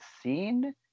seen